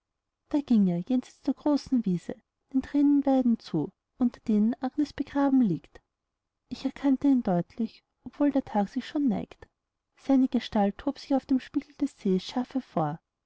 da ging er jenseits der großen wiese den thränenweiden zu unter denen agnes begraben liegt ich erkannte ihn deutlich obwohl der tag sich schon neigt seine gestalt hob sich auf dem spiegel des see's scharf hervor